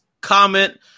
comment